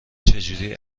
چجوری